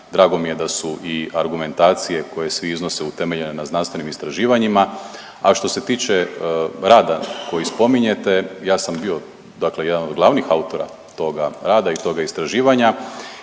drago mi je da su i argumentacije koje svi iznose utemeljene na znanstvenim istraživanjima. A što se tiče rada koji spominjete, ja sam bio dakle jedan od glavnih autora toga rada i toga istraživanja